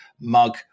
mug